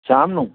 ਸ਼ਾਮ ਨੂੰ